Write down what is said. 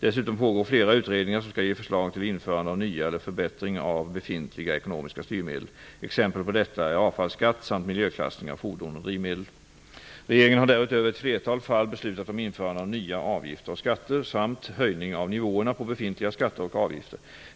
Dessutom pågår flera utredningar som skall ge förslag till införande av nya eller förbättring av befintliga ekonomiska styrmedel. Exempel på detta är avfallsskatt samt miljöklassning av fordon och drivmedel. Regeringen har därutöver i ett flertal fall beslutat om införande av nya avgifter och skatter samt höjning av nivåerna på befintliga skatter och avgifter.